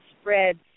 spreads